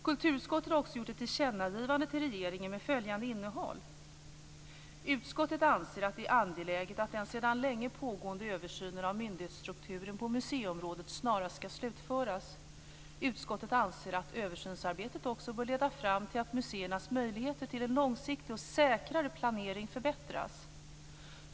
Kulturutskottet har också gjort ett tillkännagivande till regeringen med följande innehåll: Utskottet anser att det är angeläget att den sedan länge pågående översynen av myndighetsstrukturen på museiområdet snarast ska slutföras. Utskottet anser att översynsarbetet också bör leda fram till att museernas möjligheter till en långsiktig och säkrare planering förbättras.